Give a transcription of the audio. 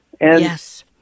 Yes